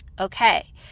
Okay